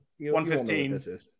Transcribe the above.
115